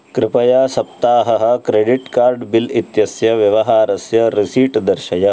कृपया सप्ताह्नः credit card bill इत्यस्य व्यवहारस्य रिसीट् दर्शय